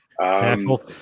Careful